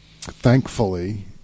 Thankfully